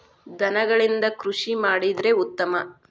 ದನಗಳಿಂದ ಕೃಷಿ ಮಾಡಿದ್ರೆ ಉತ್ತಮ